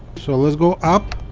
so let's go up